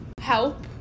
help